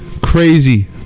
crazy